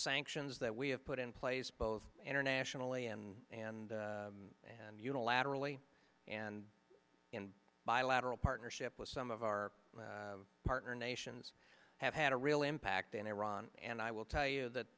sanctions that we have put in place both internationally and and and unilaterally and in bilateral partnership with some of our partner nations have had a real impact in iran and i will tell you that